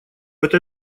этой